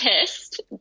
pissed